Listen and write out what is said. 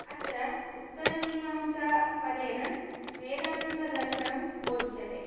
अत्र उत्तरमीमांसापदेन वेदान्तदर्शनं बोध्यते